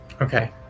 Okay